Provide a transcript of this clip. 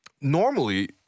Normally